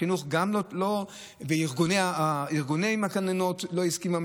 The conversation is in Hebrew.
החינוך וארגוני הגננות לא הסכימו.